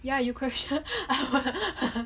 ya you question